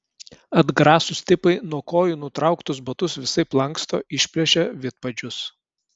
atgrasūs tipai nuo kojų nutrauktus batus visaip lanksto išplėšia vidpadžius